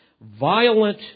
violent